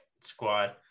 squad